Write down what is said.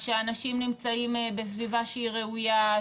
שאנשים נמצאים בסביבה שהיא ראויה,